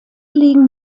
liegen